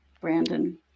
Brandon